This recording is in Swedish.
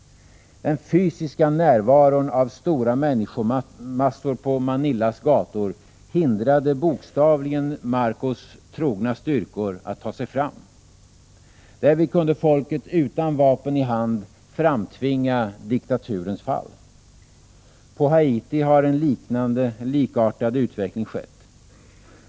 Den fysiska närvaron av stora människomassor på Manillas gator hindrade bokstavligen Marcos trogna styrkor att ta sig fram. Därvid kunde folket utan vapen i hand framtvinga diktaturens fall. På Haiti har en likartad utveckling skett.